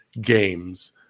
games